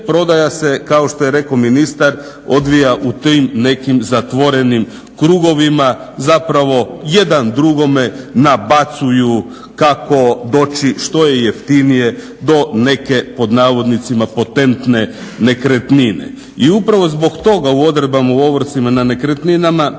prodaja se kao što je rekao ministar odvija u tim nekim zatvorenim krugovima, zapravo jedan drugome nabacuju kako doći što je jeftinije do neke "potentne" nekretnine. I upravo zbog toga u odredbama u ovrsima nad nekretninama